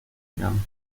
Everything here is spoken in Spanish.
irán